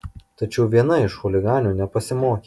tačiau viena iš chuliganių nepasimokė